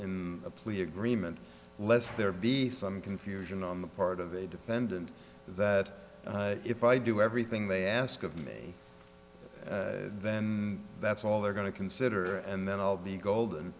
in a plea agreement lest there be some confusion on the part of a defendant that if i do everything they ask of me then that's all they're going to consider and then i'll be golden